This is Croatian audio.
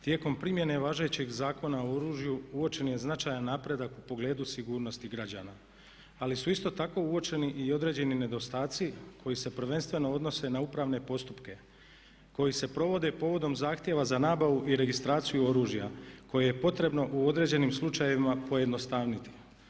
Tijekom primjene važećeg Zakona o oružju uočen je značajan napredak u pogledu sigurnosti građana ali su isto tako uočeni i određeni nedostaci koji se prvenstveno odnose na upravne postupke koji se provode povodom zahtjeva za nabavu i registraciju oružja koje je potrebno u određenim slučajevima pojednostavniti.